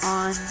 on